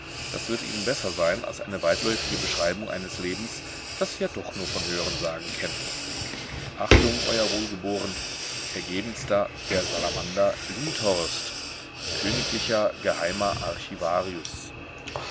das wird ihnen besser sein als eine weitläufige beschreibung eines lebens das sie ja doch nur von hörensagen kennen mit achtung ew wohlgeboren ergebenster der salamander lindhorst p t königl geh